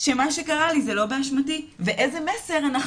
שמה שקרה לי זה לא באשמתי ואיזה מסר אנחנו